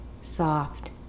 soft